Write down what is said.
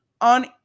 on